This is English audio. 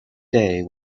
day